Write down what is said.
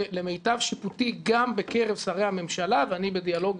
ולמיטב שיפוטי גם בקרב שרי הממשלה ואני בדיאלוג